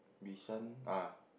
Bishan ah